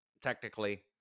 technically